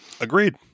agreed